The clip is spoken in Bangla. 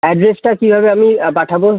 অ্যাড্রেসটা কীভাবে আমি পাঠাবো